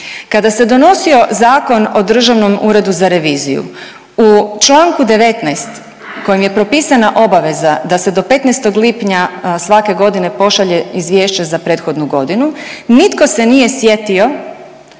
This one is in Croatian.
kada se donosio Zakon o Državnom uredu za reviziju u čl. 19 kojim je propisana obaveza da se do 15. lipnja svake godine pošalje izvješće za prethodnu godinu nitko se nije sjetio